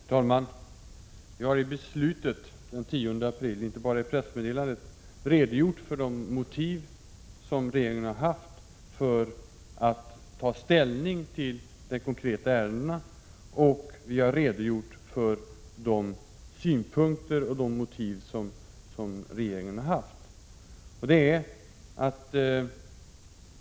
Herr talman! Regeringen har i beslut den 10 april 1986 redogjort för de motiv som regeringen har haft för sitt ställningstagande till de konkreta ärendena och för regeringens synpunkter i övrigt. Det var alltså inte bara ett pressmeddelande.